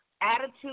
attitude